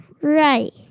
Right